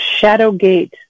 Shadowgate